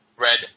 red